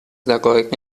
دقایق